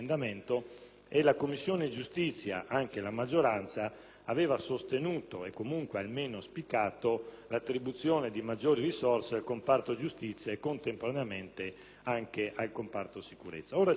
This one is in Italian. La Commissione giustizia ed anche la maggioranza avevano sostenuto e comunque almeno auspicato l'attribuzione di maggiori risorse al comparto della giustizia e contemporaneamente anche a quello della sicurezza.